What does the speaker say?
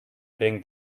ring